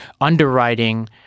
underwriting